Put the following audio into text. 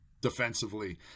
defensively